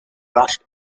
vast